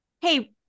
Hey